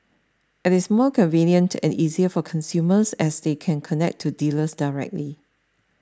it is more convenient and easier for consumers as they can connect to dealers directly